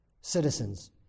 citizens